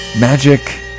Magic